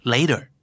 Later